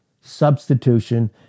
substitution